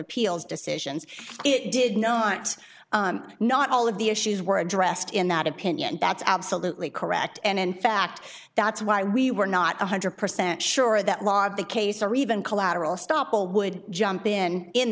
appeals decisions it did no it's not all of the issues were addressed in that opinion that's absolutely correct and in fact that's why we were not one hundred percent sure that law of the case or even collateral estoppel would jump in in